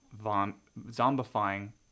zombifying